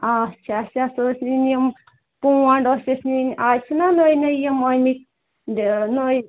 اچھا اَسہِ ہسا ٲسۍ نِنۍ یِم پونڈ ٲسۍ اَسہِ نِنۍ آز چِھنا نٔے نٔے یم آمٕتۍ نٔے